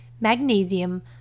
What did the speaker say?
magnesium